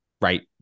Right